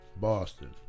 Boston